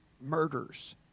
murders